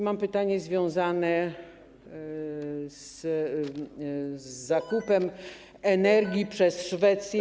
Mam pytanie związane z zakupem energii przez Szwecję.